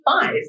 five